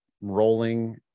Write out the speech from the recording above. rolling